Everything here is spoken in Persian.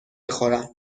بخورم